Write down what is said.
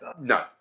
No